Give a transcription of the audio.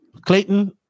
Clayton